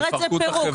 הם יפרקו את החברה.